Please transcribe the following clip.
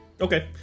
Okay